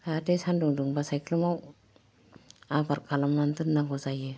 जाहाथे सान्दुं दुंबा सायख्लुमाव आबार खालामनानै दोननांगौ जायो